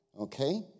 okay